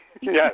yes